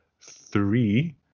three